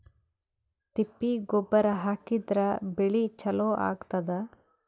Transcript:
ತಿಪ್ಪಿ ಗೊಬ್ಬರ ಹಾಕಿದ್ರ ಬೆಳಿ ಚಲೋ ಆಗತದ?